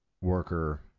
worker